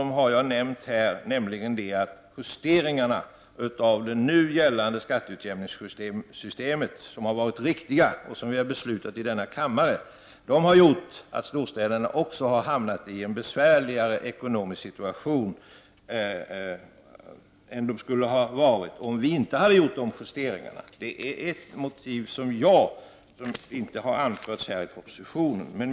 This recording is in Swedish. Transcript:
Ett har jag nämnt, nämligen de justeringar i det nuvarande skatteutjämningssystemet som har genomförts, som har varit riktiga och som vi beslutat om i denna kammare. Dessa har gjort att storstäderna har hamnat i en besvärligare ekonomisk situation än de skulle ha haft om vi inte hade gjort dessa justeringar. Det är ett skäl som inte har anförts här i propositionen.